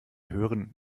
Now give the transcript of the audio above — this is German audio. hören